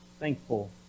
Thankful